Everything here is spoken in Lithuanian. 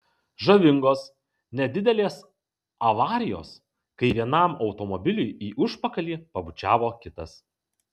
žavingos nedidelės avarijos kai vienam automobiliui į užpakalį pabučiavo kitas